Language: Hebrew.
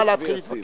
למה להתחיל להתווכח?